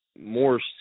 more